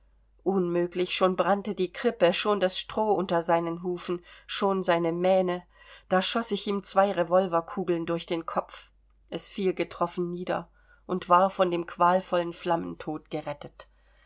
unmöglich schon brannte die krippe schon das stroh unter seinen hufen schon seine mähne da schoß ich ihm zwei revolverkugeln durch den kopf es fiel getroffen nieder und war von dem qualvollen flammentod gerettet